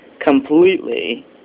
completely